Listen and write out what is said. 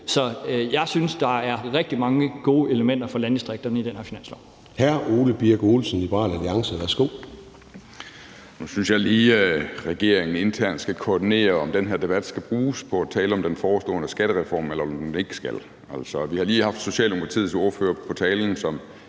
Så jeg synes, der er rigtig mange gode elementer for landdistrikterne i det her finanslovsforslag. Kl. 10:21 Formanden (Søren Gade): Hr. Ole Birk Olesen, Liberal Alliance. Værsgo. Kl. 10:21 Ole Birk Olesen (LA): Nu synes jeg lige, at regeringen internt skal koordinere, om den her debat skal bruges til at tale om den forestående skattereform, eller om den ikke skal. Altså, vi har lige haft Socialdemokratiets ordfører på talerstolen, som